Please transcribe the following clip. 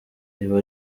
iba